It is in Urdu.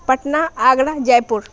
پٹنہ آگرہ جے پور